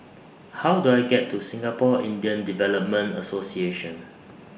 How Do I get to Singapore Indian Development Association